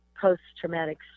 post-traumatic